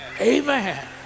Amen